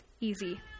easy